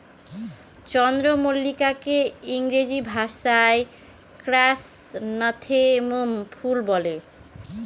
চন্দ্রমল্লিকাকে ইংরেজি ভাষায় ক্র্যাসনথেমুম ফুল বলে